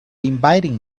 inviting